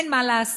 אין מה להסתיר.